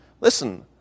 Listen